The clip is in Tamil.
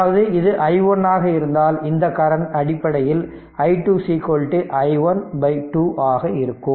அதாவது இது i1 ஆக இருந்தால் இந்த கரண்ட் அடிப்படையில் i2 i1 by 2 ஆக இருக்கும்